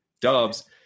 Dubs